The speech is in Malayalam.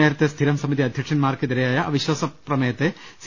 നേരെത്തെ സ്ഥിരം സമിതി അധ്യക്ഷന്മാർക്കെതിരായ അവിശ്വാസത്തെ സി